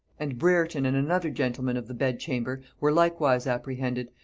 and brereton and another gentleman of the bed-chamber, were likewise apprehended,